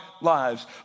lives